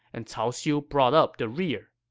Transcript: and cao xiu brought up the rear.